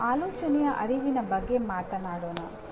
ಈಗ ಆಲೋಚನೆಯ ಅರಿವಿನ ಬಗ್ಗೆ ಮಾತನಾಡೋಣ